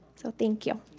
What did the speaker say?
so thank you.